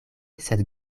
sed